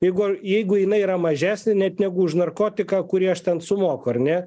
jeigu jeigu jinai yra mažesnė net negu už narkotiką kurį aš ten sumoku ar ne